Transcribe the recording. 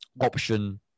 option